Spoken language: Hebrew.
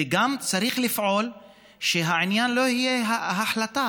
וגם צריך לפעול שהעניין לא יהיה החלטה